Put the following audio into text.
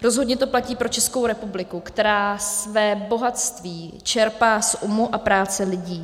Rozhodně to platí pro Českou republiku, která své bohatství čerpá z umu a práce lidí.